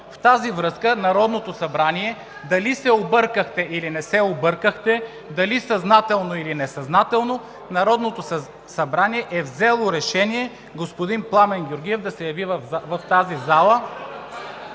с това Народното събрание – дали се объркахте, или не се объркахте, дали съзнателно или несъзнателно, но Народното събрание е взело решение господин Пламен Георгиев да се яви в тази зала